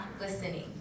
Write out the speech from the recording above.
listening